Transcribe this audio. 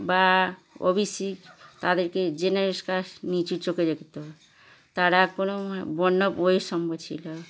বা O B C তাদেরকে general caste নীচু চোখে দেখত তারা কোনো বর্ণ বৈষম্য ছিল